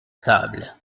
table